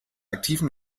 aktiven